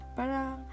parang